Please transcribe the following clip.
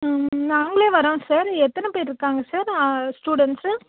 நாங்களே வரோம் சார் எத்தனை பேரிருக்காங்க சார் ஸ்டூடண்ட்ஸு